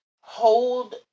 hold